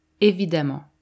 évidemment